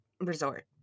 resort